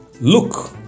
Look